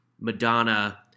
Madonna